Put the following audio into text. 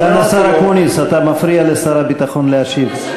סגן השר אקוניס, אתה מפריע לשר הביטחון להשיב.